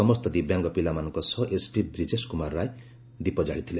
ସମସ୍ତ ଦିବ୍ୟାଙ୍ଗ ପିଲାମାନଙ୍କ ସହ ଏସ୍ପି ବ୍ରିଜେଶ୍ କୁମାର ରାୟ ଦୀପ ଜାଳି ଥିଲେ